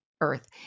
earth